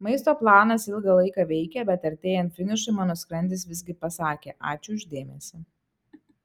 maisto planas ilgą laiką veikė bet artėjant finišui mano skrandis visgi pasakė ačiū už dėmesį